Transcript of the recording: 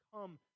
come